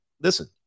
listen